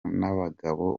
n’abagabo